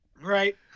Right